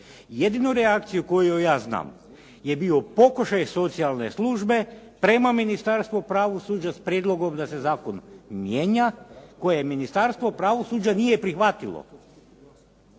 Jedinu reakciju koju ja znam je bio pokušaj socijalne službe prema ministarstvu pravosuđa sa prijedlogom da se zakon mijenja koje ministarstvo pravosuđa nije prihvatilo.